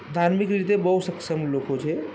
ધાર્મિક રીતે બહુ સક્ષમ લોકો છે